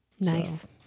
Nice